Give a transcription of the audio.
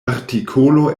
artikolo